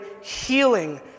healing